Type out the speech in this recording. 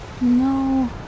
No